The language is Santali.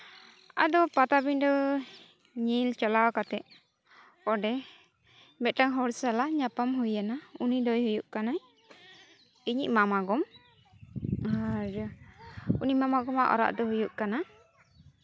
ᱟᱫᱚ ᱯᱟᱴᱟᱵᱤᱰᱟᱹ ᱧᱮᱞ ᱪᱟᱞᱟᱣ ᱠᱟᱛᱮᱜ ᱚᱸᱰᱮ ᱢᱤᱫᱴᱟᱱ ᱦᱚᱲ ᱥᱟᱞᱟᱜ ᱧᱟᱯᱟᱢ ᱦᱩᱭ ᱮᱱᱟ ᱩᱱᱤ ᱫᱚᱭ ᱦᱩᱭᱩᱜ ᱠᱟᱱᱟ ᱤᱧᱤᱡ ᱢᱟᱢᱟ ᱜᱚ ᱟᱨ ᱩᱱᱤ ᱢᱟᱢᱟ ᱜᱚ ᱟᱜ ᱚᱲᱟᱜ ᱫᱚ ᱦᱩᱭᱩᱜ ᱠᱟᱱᱟ